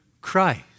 Christ